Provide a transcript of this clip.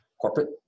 corporate